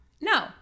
No